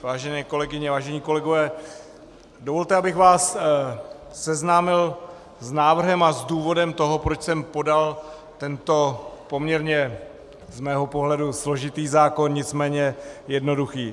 Vážené kolegyně, vážení kolegové, dovolte, abych vás seznámil s návrhem a s důvodem toho, proč jsem podal tento poměrně z mého pohledu složitý zákon, nicméně jednoduchý.